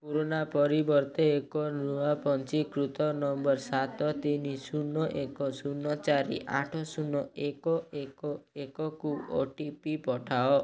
ପୁରୁଣା ପରିବର୍ତ୍ତେ ଏକ ନୂଆ ପଞ୍ଜୀକୃତ ନମ୍ବର୍ ସାତ ତିନି ଶୂନ ଏକ ଶୂନ ଚାରି ଆଠ ଶୂନ ଏକ ଏକ ଏକକୁ ଓ ଟି ପି ପଠାଅ